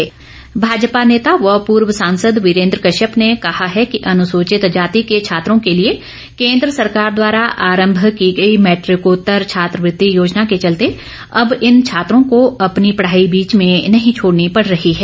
वीरेंद्र कश्यप भाजपा नेता व पूर्व सांसद वीरेंद्र कश्यप ने कहा है कि अनुसूचित जाति के छात्रों के लिए केंद्र सरकार द्वारा आरम्भ की गई मैट्रिकोत्तर छात्रवृत्ति योजना के चलते अब इन छात्रों को अपनी पढ़ाई बीच में नहीं छोड़नी पड़ रही है